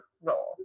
role